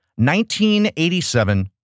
1987